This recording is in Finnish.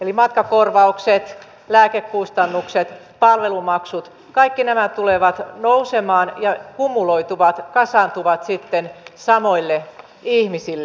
eli matkakorvaukset lääkekustannukset palvelumaksut kaikki nämä tulevat nousemaan ja kumuloituvat kasaantuvat sitten samoille ihmisille